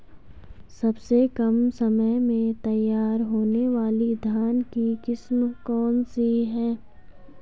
सबसे कम समय में तैयार होने वाली धान की किस्म कौन सी है?